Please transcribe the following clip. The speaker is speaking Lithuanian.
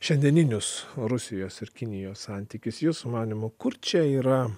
šiandieninius rusijos ir kinijos santykius jūsų manymu kur čia yra